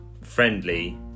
friendly